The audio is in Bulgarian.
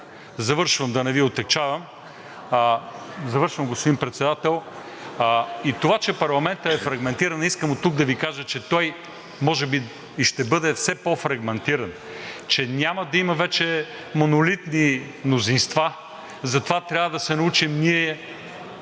за да не Ви отегчавам. Това, че парламентът е фрагментиран, искам оттук да Ви кажа, че той може би ще бъде все по-фрагментиран, че няма да има вече монолитни мнозинства, затова трябва да се научим ние